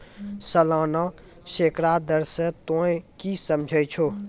सलाना सैकड़ा दर से तोंय की समझै छौं